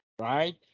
right